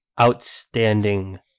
outstanding